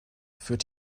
führt